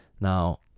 Now